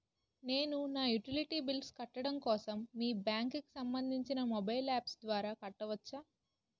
నేను నా utility bills కట్టడం కోసం మీ బ్యాంక్ కి సంబందించిన మొబైల్ అప్స్ ద్వారా కట్టవచ్చా?